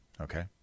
okay